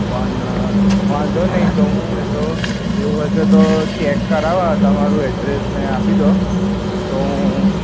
પણ વાંધો નહીં તો હું એ તો એવું હશે તો ચેક કરાવવા તમારું એડ્રેસને ને એ આપી દો તો હું